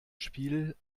spiel